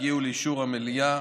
הגיעו לאישור המליאה.